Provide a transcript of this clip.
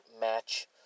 match